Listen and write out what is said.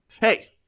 Hey